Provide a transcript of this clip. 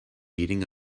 eating